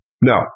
no